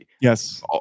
Yes